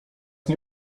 nie